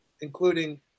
including